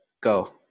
go